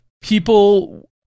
people